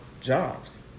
jobs